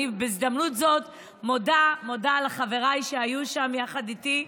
בהזדמנות זאת אני מודה לחבריי שהיו שם יחד איתי,